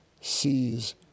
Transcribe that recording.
sees